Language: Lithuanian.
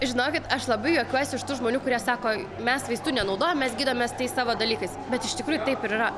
žinokit aš labai juokiuosi iš tų žmonių kurie sako mes vaistų nenaudojam mes gydomės tais savo dalykais bet iš tikrųjų taip ir yra